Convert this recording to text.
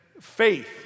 faith